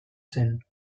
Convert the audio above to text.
zen